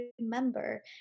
remember